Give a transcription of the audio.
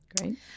Great